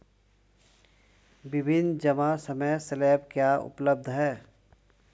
विभिन्न जमा समय स्लैब क्या उपलब्ध हैं?